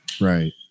Right